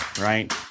right